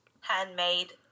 handmade